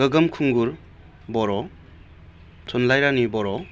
गोगोम खुंगुर बर' थुनलाइ रानी बर'